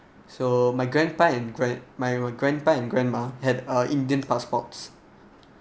so my grandpa and grand my grandpa and grandma had uh indian passports